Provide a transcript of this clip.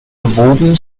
gewoben